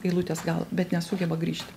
eilutės galą bet nesugeba grįžti